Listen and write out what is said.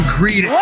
Creed